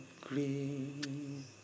green